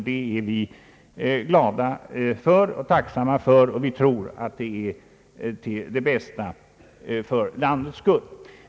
Det är vi glada över och tacksamma för, och vi tror att det är det bästa för landets skull.